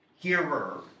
Hearer